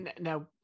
Now